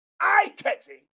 eye-catching